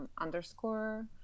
underscore